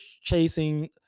chasing